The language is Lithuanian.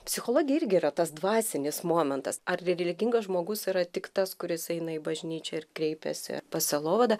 psichologija irgi yra tas dvasinis momentas ar rerigingas žmogus yra tik tas kuris eina į bažnyčią ir kreipiasi pas sielovadą